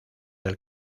del